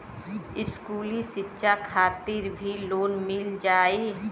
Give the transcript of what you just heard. इस्कुली शिक्षा खातिर भी लोन मिल जाई?